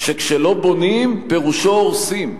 שכשלא בונים, פירושו, הורסים.